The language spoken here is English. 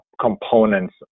components